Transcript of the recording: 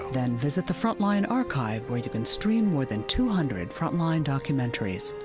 then visit the frontline archive where you can stream more than two hundred frontline documentaries.